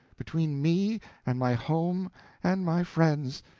between me and my home and my friends!